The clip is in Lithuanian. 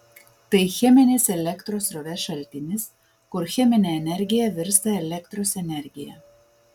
tai cheminis elektros srovės šaltinis kur cheminė energija virsta elektros energija